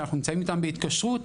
שאנחנו נמצאים אתם בהתקשרות,